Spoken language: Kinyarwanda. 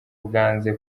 bwanze